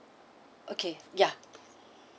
okay ya